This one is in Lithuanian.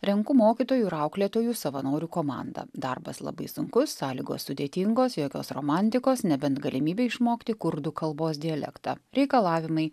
renku mokytojų ir auklėtojų savanorių komandą darbas labai sunkus sąlygos sudėtingos jokios romantikos nebent galimybė išmokti kurdų kalbos dialektą reikalavimai